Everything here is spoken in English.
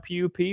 PUP